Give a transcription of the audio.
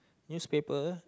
newspaper